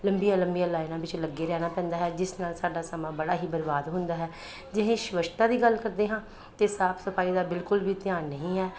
ਲੰਬੀਆਂ ਲੰਬੀਆਂ ਲਾਈਨਾਂ ਵਿੱਚ ਲੱਗੇ ਰਹਿਣਾ ਪੈਂਦਾ ਹੈ ਜਿਸ ਨਾਲ ਸਾਡਾ ਸਮਾਂ ਬੜਾ ਹੀ ਬਰਬਾਦ ਹੁੰਦਾ ਹੈ ਜੇ ਸਵੱਛਤਾ ਦੀ ਗੱਲ ਕਰਦੇ ਹਾਂ ਤਾਂ ਸਾਫ ਸਫਾਈ ਦਾ ਬਿਲਕੁਲ ਵੀ ਧਿਆਨ ਨਹੀਂ ਹੈ